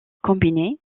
combiné